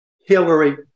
Hillary